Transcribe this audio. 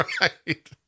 Right